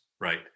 right